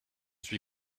suis